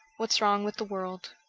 what's wrong with the world'